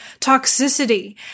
toxicity